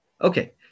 Okay